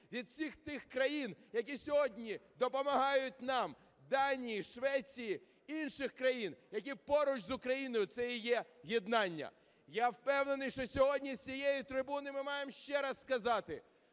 від всіх тих країн, які сьогодні допомагають нам, Данії, Швеції, інших країн, які поруч з Україною. Це і є єднання. Я впевнений, що сьогодні з цієї трибуни ми маємо ще раз сказати: